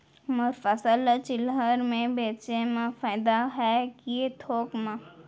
मोर फसल ल चिल्हर में बेचे म फायदा है के थोक म?